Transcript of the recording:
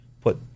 put